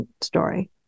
story